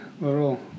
Little